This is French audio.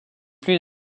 plus